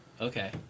Okay